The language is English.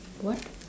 what